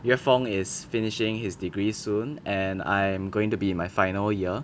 yue fong is finishing his degree soon and I am going to be in my final year